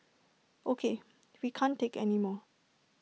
O K we can't take anymore